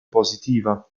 positiva